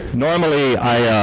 normally i